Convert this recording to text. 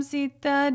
Sita